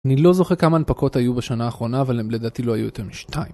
אני לא זוכר כמה הנפקות היו בשנה האחרונה, אבל להם לדעתי לא היו יותר משתיים.